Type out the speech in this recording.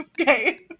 Okay